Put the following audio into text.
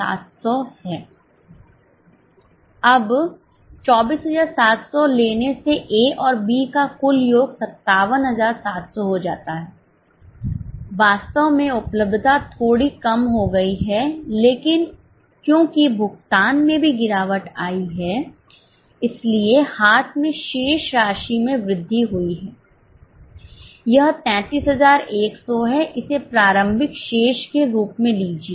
अब 24700 लेने से ए और बी का कुल योग 57700 हो जाता है वास्तव में उपलब्धता थोड़ी कम हो गई है लेकिन क्योंकि भुगतान में भी गिरावट आई है इसलिए हाथ में शेष राशि में वृद्धि हुई है यह 33100 है इसे प्रारंभिक शेष के रूप में लीजिए